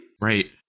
Right